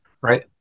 right